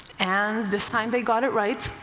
and this time they got it right.